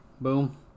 boom